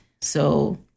So-